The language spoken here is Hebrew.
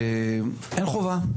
שאין חובה,